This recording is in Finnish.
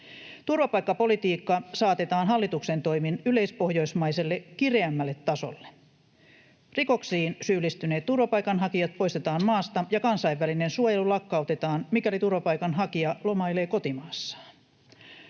Turvapaikkapolitiikka saatetaan hallituksen toimin yleispohjoismaiselle, kireämmälle tasolle. Rikoksiin syyllistyneet turvapaikanhakijat poistetaan maasta ja kansainvälinen suojelu lakkautetaan, mikäli turvapaikanhakija lomailee kotimaassaan.